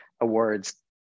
awards